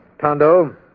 Tondo